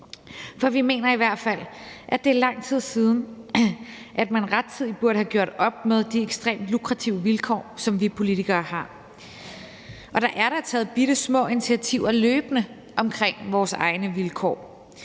For vi mener i hvert fald, at det er lang tid siden, at man burde have gjort op med de ekstremt lukrative vilkår, som vi politikere har. Der er da taget bittesmå initiativer løbende omkring vores egne vilkår.